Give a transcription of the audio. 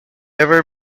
ever